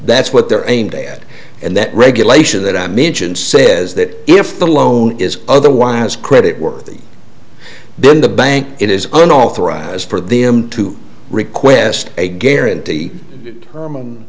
that's what they're aimed at and that regulation that i mentioned says that if the loan is otherwise credit worthy then the bank it is unauthorized for them to request a guarantee